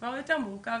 כבר יותר מורכב.